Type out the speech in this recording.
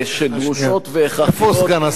שדרושות והכרחיות, איפה סגן השר?